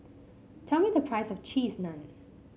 tell me the price of Cheese Naan